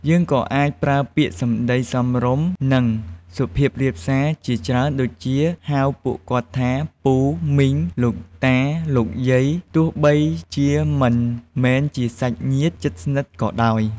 យើងក៏អាចប្រើពាក្យសម្ដីសមរម្យ និង សុភាពរាបសារជាច្រើន ដូចជា ហៅពួកគាត់ថា ពូ មីង លោកតា លោកយាយ ទោះបីជាមិនមែនជាសាច់ញាតិជិតស្និទ្ធក៏ដោយ។